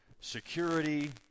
security